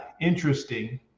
interesting